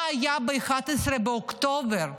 מה היה ב-11 באוקטובר?